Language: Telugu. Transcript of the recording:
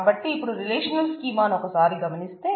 కాబట్టి ఇపుడు రిలేషనల్ స్కీమా ను ఒకసారి గమనిస్తే